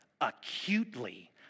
acutely